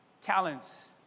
talents